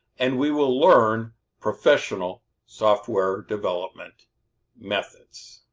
and we will learn professional software development methods.